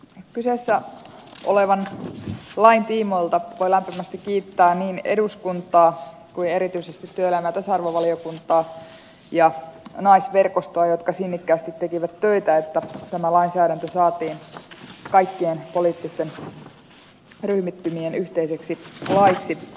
kyseessä olevan lain tiimoilta voi lämpimästi kiittää niin eduskuntaa kuin erityisesti työelämä ja tasa arvovaliokuntaa ja naisverkostoa jotka sinnikkäästi tekivät töitä että tämä lainsäädäntö saatiin kaikkien poliittisten ryhmittymien yhteiseksi laiksi